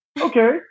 Okay